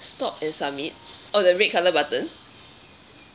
stop and submit oh the red colour button